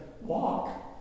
walk